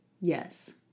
Yes